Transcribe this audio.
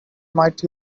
might